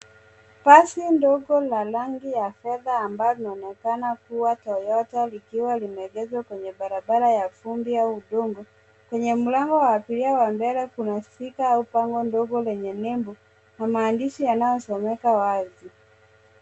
Basi ndogo la rangi ya fedha ambayo inaonekana kuwa toyota likiwa limeegezwa kwenye barabara ya vumbi au udongo. Kwenye mlango wa abiria wa mbele kuna spika au bango ndogo lenye nembo na maandishi yanayosomeka wazi.